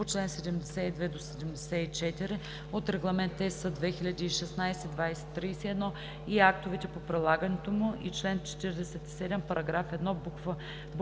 по чл. 72 – 74 от Регламент (ЕС) 2016/2031 и актовете по прилагането му и чл. 47, параграф 1, букви